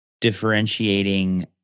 differentiating